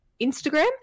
Instagram